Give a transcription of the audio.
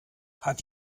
hat